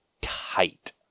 tight